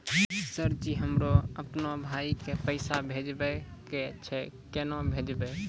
Sir ji हमरा अपनो भाई के पैसा भेजबे के छै, केना भेजबे?